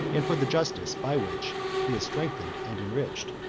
and for the justice by which he is strengthened and enriched.